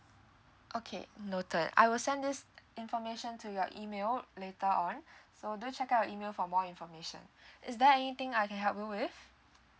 okay noted I will send this information to your email later on so do check out your email for more information is there anything I can help you with